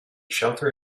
shelter